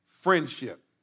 friendship